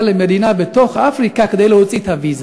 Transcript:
למדינה בתוך אפריקה כדי להוציא את הוויזה.